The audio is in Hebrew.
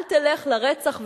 אל תלך לרצח ולאונס,